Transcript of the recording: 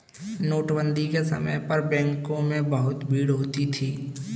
नोटबंदी के समय पर बैंकों में बहुत भीड़ होती थी